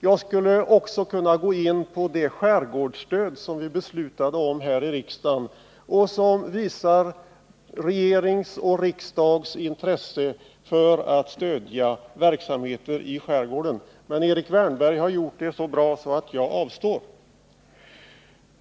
Jag skulle också kunna gå in på det skärgårdsstöd som vi beslutade om här i riksdagen och som visade regeringens och riksdagens intresse för att stödja verksamheter i skärgården. Men Erik Wärnberg har gjort det så bra att jag avstår.